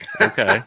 Okay